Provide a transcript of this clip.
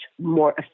more